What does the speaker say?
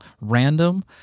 random